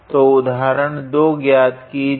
तो उदाहरण 2 ज्ञात कीजिए